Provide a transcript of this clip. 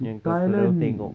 yang kau selalu tengok